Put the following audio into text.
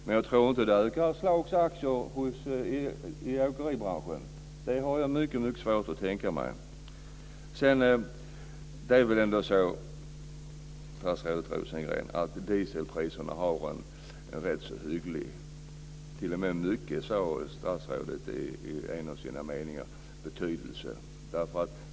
Men jag tror inte att det stärker Schlaugs aktier i åkeribranschen. Det har jag mycket svårt att tänka mig. Det är väl ändå så, till slut, Rosengren, att dieselpriserna har en rätt hygglig, t.o.m. mycket stor betydelse, sade statsrådet i en av sina meningar.